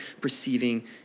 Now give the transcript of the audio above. perceiving